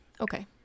Okay